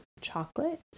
chocolate